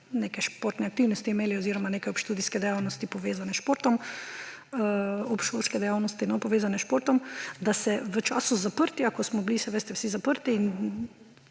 neke športne aktivnosti imeli oziroma neke obštudijske dejavnosti, povezane s športom, obšolske dejavnosti, povezane s športom, da se v času zaprtja, ko smo bili, saj